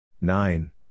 Nine